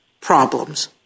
problems